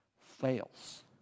fails